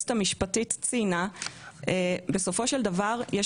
היועצת המשפטית ציינה בסופו של דבר יש